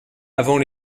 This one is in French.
avant